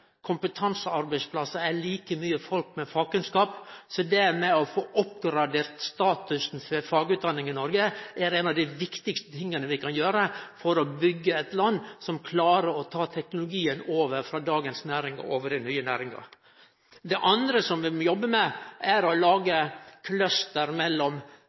Kompetansearbeidsplassar er like mykje for folk med fagkunnskap, så det å få oppgradert statusen til fagutdanninga i Noreg er noko av det viktigaste vi kan gjere for å byggje eit land som klarer å ta teknologien over frå dagens næring til nye næringar. Det andre vi må jobbe med, er å lage cluster mellom